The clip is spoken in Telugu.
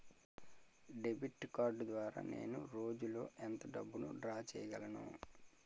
డెబిట్ కార్డ్ ద్వారా నేను రోజు లో ఎంత డబ్బును డ్రా చేయగలను?